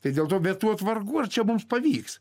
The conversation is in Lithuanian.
tai dėl to vetuot vargu ar čia mums pavyks